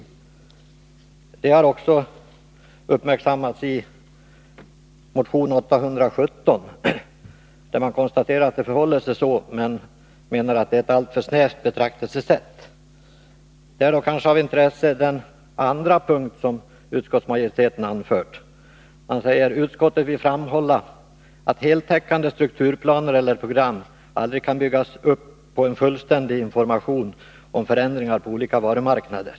Detta har också uppmärksammats i motion 817, där man konstaterar att det förhåller sig så men menar att det är ett alltför snävt betraktelsesätt. Den andra punkt som utskottsmajoriteten anfört är då kanske av intresse. Man säger: ”Utskottet vill framhålla att heltäckande strukturplaner eller program aldrig kan byggas upp på en fullständig information om förändringar på olika varumarknader.